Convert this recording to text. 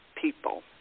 people